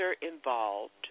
involved